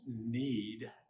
need